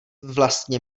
vlastně